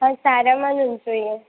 હા સારા માનું જોઈએ